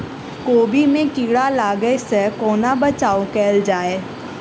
कोबी मे कीड़ा लागै सअ कोना बचाऊ कैल जाएँ?